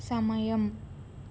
సమయం